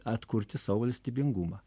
atkurti savo valstybingumą